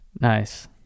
Nice